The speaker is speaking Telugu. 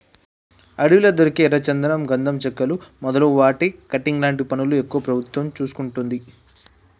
అడవిలా దొరికే ఎర్ర చందనం గంధం చెక్కలు మొదలు వాటి కటింగ్ లాంటి పనులు ఎక్కువ ప్రభుత్వం చూసుకుంటది